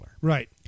Right